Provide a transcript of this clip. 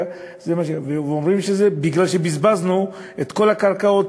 ואומרים שזה כי בזבזנו את כל הקרקע,